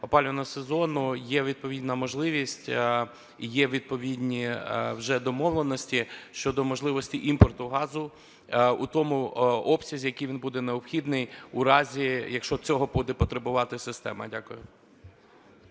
опалювального сезону є відповідна можливість, є відповідні вже домовленості щодо можливості імпорту газу у тому обсязі, який він буде необхідний у разі, якщо цього буде потребувати система. Дякую.